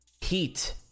heat